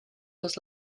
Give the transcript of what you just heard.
was